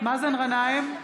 מאזן גנאים,